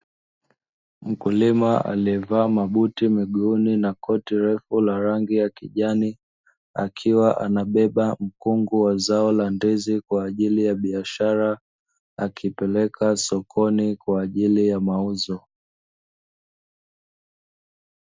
Mkulima aliyevaa mabuti miguuni na koti refu lenye rangi ya kijani, akiwa anabeba mkungu wa zao la ndizi kwa ajili ya biashara akipeleka sokoni kwa ajili ya mauzo.